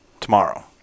tomorrow